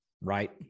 Right